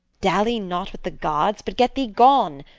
dally not with the gods, but get thee gone.